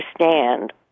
understand